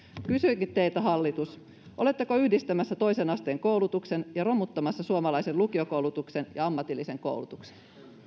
kysynkin teiltä hallitus oletteko yhdistämässä toisen asteen koulutuksen ja romuttamassa suomalaisen lukiokoulutuksen ja ammatillisen koulutuksen